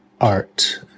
art